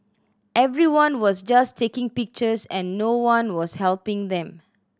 everyone was just taking pictures and no one was helping them